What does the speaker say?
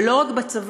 ולא רק בצבא,